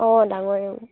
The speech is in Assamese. অঁ ডাঙৰ